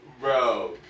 Bro